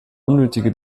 unnötige